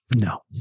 No